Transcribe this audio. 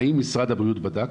האם משרד הבריאות בדק